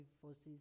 forces